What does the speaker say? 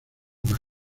más